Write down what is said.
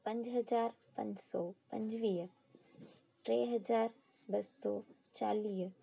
पंज हज़ार पंज सौ पंजवीह टे हज़ार ॿ सौ चालीह